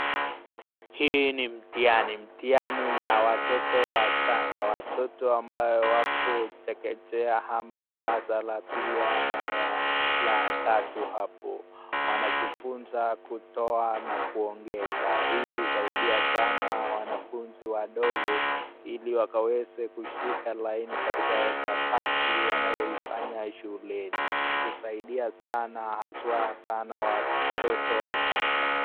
Hii ni mtihani, mtihani ya watoto wachanga. Watoto ambao wako chekechea ama darasa la pili ama tatu hapo. Wanajifunza kutoa na kuongeza, hii husaidia sana wanafunzi wadogo ili wakaweze kushika laini katika hisabati wanayoifanya shuleni. Husaidia sana haswa watoto wachanga shuleni.